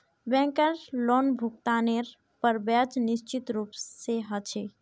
बैंकेर लोनभुगतानेर पर ब्याज निश्चित रूप से ह छे